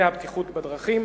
והבטיחות בדרכים.